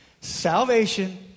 Salvation